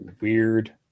Weird